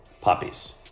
puppies